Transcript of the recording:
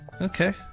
Okay